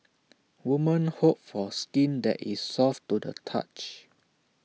woman hope for skin that is soft to the touch